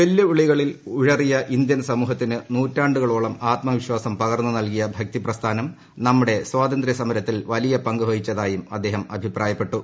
വെല്ലുവിളികളിൽ ഉഴറിയ ഇന്ത്യൻ സ്മൂഹത്തിന് നൂറ്റാണ്ടുകളോളം ആത്മവിശ്വാസം പകർന്നു ന്ൽകിയ ഭക്തിപ്രസ്ഥാനം നമ്മുടെ സ്വാതന്ത്രൃ സമരത്തിൽ പ്വലിയ പങ്കുവഹിച്ചതായും അദ്ദേഹം അഭിപ്രായപ്പെട്ടു